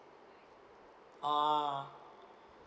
ah